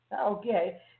Okay